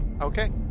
okay